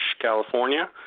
California